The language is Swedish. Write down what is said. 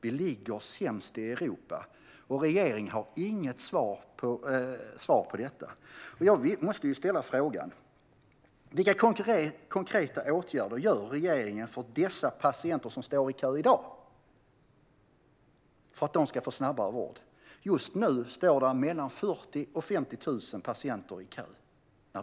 Vi ligger sämst till i Europa, och regeringen har inget svar. Jag måste fråga: Vilka konkreta åtgärder vidtar regeringen för att dessa patienter, som står i kö i dag, ska få snabbare vård? Just nu, när vi står här i kammaren, står mellan 40 000 och 50 000 patienter i kö.